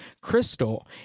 Crystal